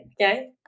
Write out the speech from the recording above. okay